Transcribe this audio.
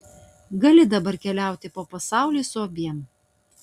gali dabar keliauti po pasaulį su abiem